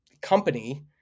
company